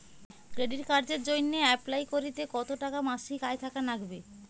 Credit কার্ডের জইন্যে apply করিতে কতো টাকা মাসিক আয় থাকা নাগবে?